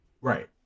Right